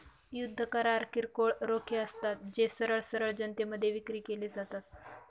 युद्ध करार किरकोळ रोखे असतात, जे सरळ सरळ जनतेमध्ये विक्री केले जातात